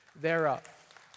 thereof